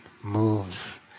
moves